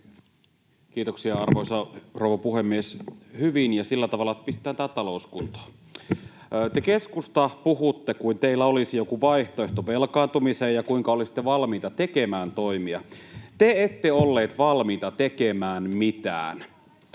Kiitoksia, arvoisa rouva puhemies! Hyvin ja sillä tavalla, että pistetään talous kuntoon. Keskusta, te puhutte kuin teillä olisi joku vaihtoehto velkaantumiseen ja kuinka olisitte valmiita tekemään toimia. Te ette olleet valmiita tekemään mitään.